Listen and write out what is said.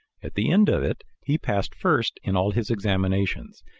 at the end of it, he passed first in all his examinations,